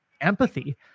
empathy